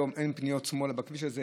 היום אין פניות שמאלה בכביש הזה,